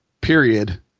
period